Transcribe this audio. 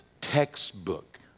Textbook